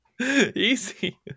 Easy